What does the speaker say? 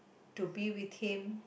to be with him